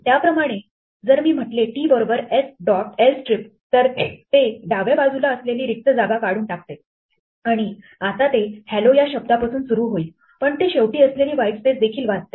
त्याप्रमाणे जर मी म्हटले t बरोबर s dot lstrip तर ते डाव्या बाजूला असलेली रिक्त जागा काढून टाकले आणि आता ते hello या शब्दापासून सुरू होईल पण ते शेवटी असलेली व्हाइटस्पेस देखील वाचते